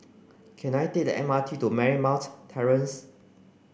can I take the M R T to Marymount Terrace